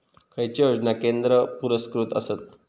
खैचे योजना केंद्र पुरस्कृत आसत?